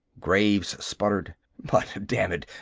graves sputtered but dammit,